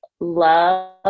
love